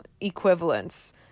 equivalents